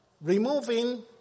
removing